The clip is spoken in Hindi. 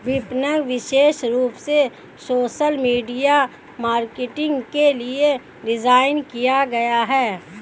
विपणक विशेष रूप से सोशल मीडिया मार्केटिंग के लिए डिज़ाइन किए गए है